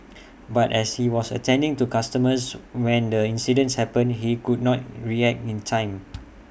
but as he was attending to customers when the incident happened he could not react in time